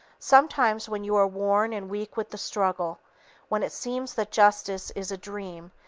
sometimes when you are worn and weak with the struggle when it seems that justice is a dream,